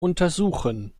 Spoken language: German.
untersuchen